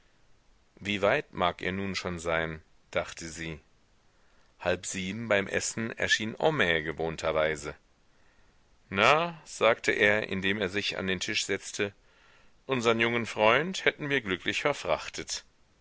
wie weit mag er nun schon sein dachte sie halb sieben beim essen erschien homais gewohnterweise na sagte er indem er sich an den tisch setzte unsern jungen freund hätten wir glücklich verfrachtet